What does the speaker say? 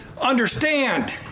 understand